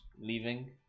leaving